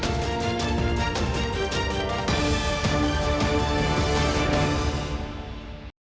Дякую.